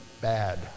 bad